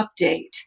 update